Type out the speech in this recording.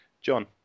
John